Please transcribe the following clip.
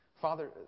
Father